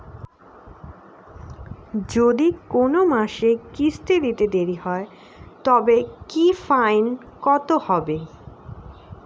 যদি কোন মাসে কিস্তি দিতে দেরি হয় তবে কি ফাইন কতহবে?